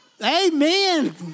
amen